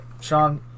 Sean